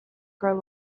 grow